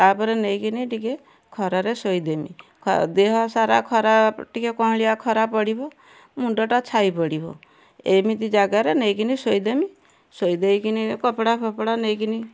ତାପରେ ନେଇକିନି ଟିକେ ଖରାରେ ଶୋଇଦେମି ଖ ଦେହ ସାରା ଖରା ଟିକେ କଅଁଳିଆ ଖରା ପଡ଼ିବ ମୁଣ୍ଡଟା ଛାଇ ପଡ଼ିବ ଏମିତି ଜାଗାରେ ନେଇକିନି ଶୋଇଦେମି ଶୋଇଦେଇକିନି କପଡ଼ା ଫପଡ଼ା ନେଇକିନି